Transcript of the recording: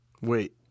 Wait